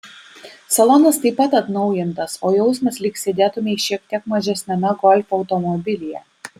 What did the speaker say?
salonas taip pat atnaujintas o jausmas lyg sėdėtumei šiek tiek mažesniame golf automobilyje